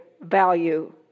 value